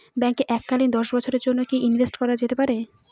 ব্যাঙ্কে এককালীন দশ বছরের জন্য কি ইনভেস্ট করা যেতে পারে?